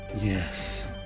Yes